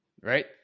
Right